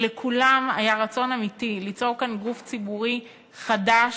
כשלכולם היה רצון אמיתי ליצור כאן גוף ציבורי חדש,